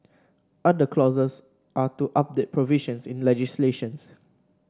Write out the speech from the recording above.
other clauses are to update provisions in legislations